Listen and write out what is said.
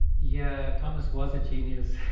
yeah thomas was a genius.